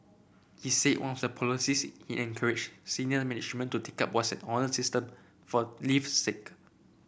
he said one of the policies he encouraged senior management to take up was an honour system for leave sick